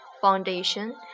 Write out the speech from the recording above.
foundation